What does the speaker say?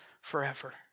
forever